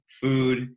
food